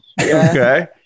Okay